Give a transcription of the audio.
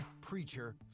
preacher